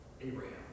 Abraham